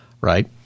right